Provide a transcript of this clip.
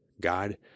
God